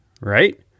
right